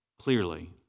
clearly